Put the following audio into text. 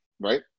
right